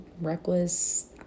reckless